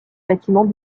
bâtiments